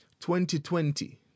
2020